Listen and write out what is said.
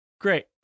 Great